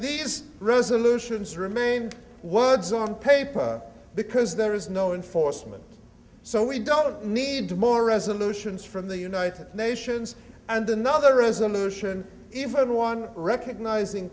these resolutions remain words on paper because there is no enforcement so we don't need more resolutions from the united nations and another resolution even one recognizing